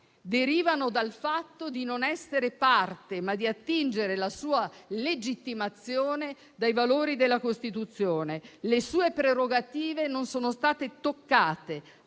derivano dal fatto di non essere parte, ma di attingere la sua legittimazione dai valori della Costituzione. Le sue prerogative non sono state toccate,